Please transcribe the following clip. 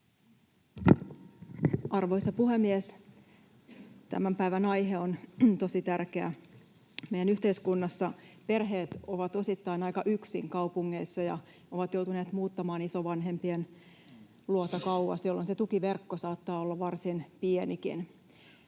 Arvoisa puhemies! Tämän päivän aihe on tosi tärkeä. Meidän yhteiskunnassa perheet ovat osittain aika yksin kaupungeissa ja ovat joutuneet muuttamaan isovanhempien luota kauas, jolloin se tukiverkko saattaa olla varsin pienikin.